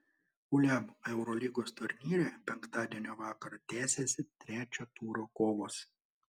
uleb eurolygos turnyre penktadienio vakarą tęsiasi trečio turo kovos